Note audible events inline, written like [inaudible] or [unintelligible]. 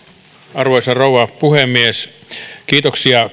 arvoisa rouva puhemies kiitoksia [unintelligible]